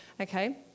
Okay